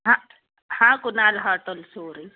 हाँ हाँ कुनाल हाँ तो सॉरी